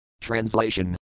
Translation